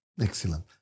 Excellent